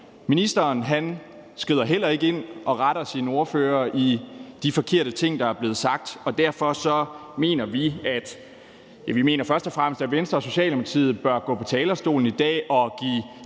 Ministeren skrider heller ikke ind og retter sine ordførere i de forkerte ting, der er blevet sagt. Derfor mener vi først og fremmest, at ordførerne for Venstre og Socialdemokratiet bør gå på talerstolen i dag og give